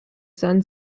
sun